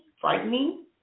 frightening